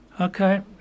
Okay